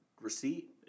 receipt